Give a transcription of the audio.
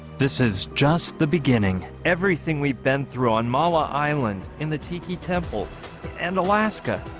this is just the beginning everything we've been through on malwa island in the tiki temple and alaska,